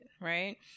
right